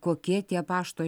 kokie tie pašto